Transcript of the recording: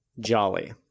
Jolly